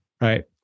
Right